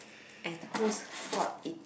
and whose fault it